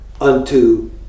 unto